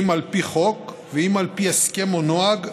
אם על פי חוק ואם על פי הסכם או נוהג,